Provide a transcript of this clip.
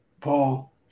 Paul